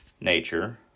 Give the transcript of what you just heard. nature